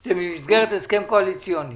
זה במסגרת הסכם קואליציוני